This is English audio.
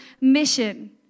mission